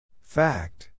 Fact